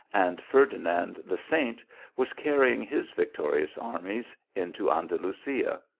and ferdinand the saint was carrying his victorious armies into andalusia.